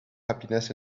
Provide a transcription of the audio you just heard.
happiness